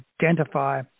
identify